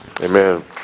Amen